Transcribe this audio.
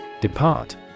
Depart